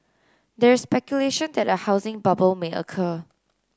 there is speculation that a housing bubble may occur